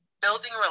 building